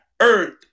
earth